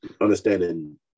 Understanding